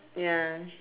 ya